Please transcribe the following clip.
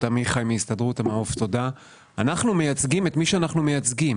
בהסתדרות מייצגים את מי שאנחנו מייצגים.